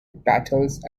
battles